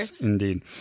indeed